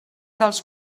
dels